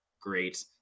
great